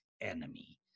enemy